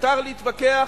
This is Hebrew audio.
מותר להתווכח,